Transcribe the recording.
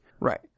Right